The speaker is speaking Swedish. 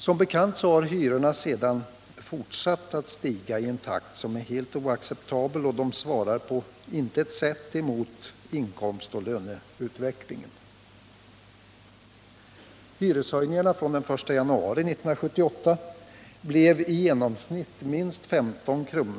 Som bekant har hyrorna sedan fortsatt att stiga i en takt som är helt oacceptabel, och de svarar på intet sätt mot inkomstoch löneutvecklingen. Hyreshöjningarna från den 1 januari 1978 blev i genomsnitt minst 15 kr./m?